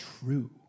true